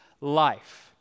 life